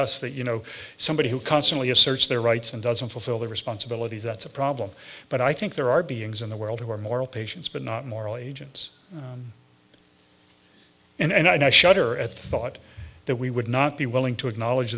us that you know somebody who constantly asserts their rights and doesn't fulfill their responsibilities that's a problem but i think there are beings in the world who are moral patients but not moral agents and i shudder at the thought that we would not be willing to acknowledge